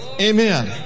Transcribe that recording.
Amen